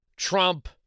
Trump